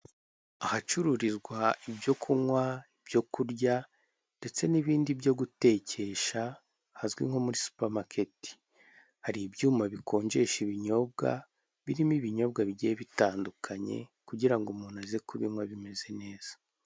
Ahacururizwa ibyo kunywa, ibyo kurya ndetse n'ibindi byo gutekesha ahazwi nko muri supamaketi hari ibyuma bikonjesha ibinyobwa birimo ibinyobwa bigiye bitandukanye kugira ngo umuntu aze kunbinywa bimeze neza.